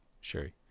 sherry